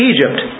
Egypt